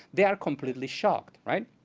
they are completely shocked, right?